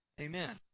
Amen